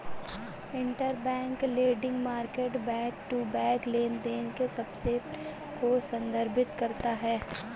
interbank lending market back to back लेनदेन के subset को संदर्भित करता है